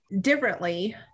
differently